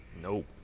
Nope